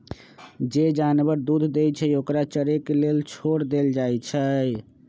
जे जानवर दूध देई छई ओकरा चरे के लेल छोर देल जाई छई